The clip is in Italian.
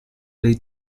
dei